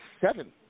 seven